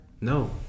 No